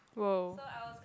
!woah!